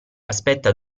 aspetta